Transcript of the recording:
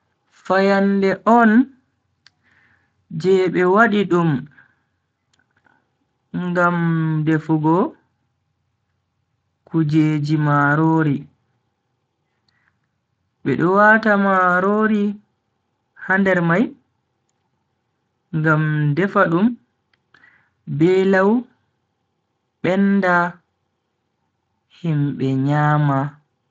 Fayande on je be wadi dum Ngam defugo kujeji marori. bedo wata marori ha nder mai, ngam defa dum be lau benda himbe nyama.